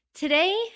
Today